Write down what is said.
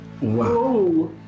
Wow